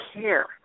care